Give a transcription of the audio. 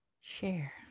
share